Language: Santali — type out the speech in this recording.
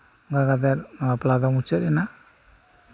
ᱚᱱᱠᱟ ᱠᱟᱛᱮᱫ ᱵᱟᱯᱞᱟ ᱫᱚ ᱢᱩᱪᱟᱹᱫ ᱮᱱᱟ